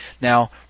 Now